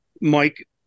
Mike